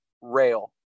rail